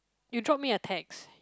you drop me a text